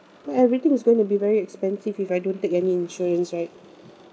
like everything is going to be very expensive if I don't take any insurance right